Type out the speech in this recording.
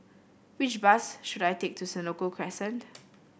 which bus should I take to Senoko Crescent